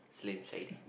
Slim Shady